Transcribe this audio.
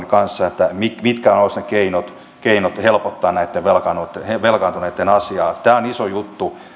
kanssa mitkä olisivat ne keinot keinot helpottaa näiden velkaantuneitten asiaa tämä on iso juttu